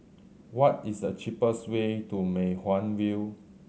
what is the cheapest way to Mei Hwan View